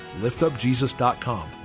liftupjesus.com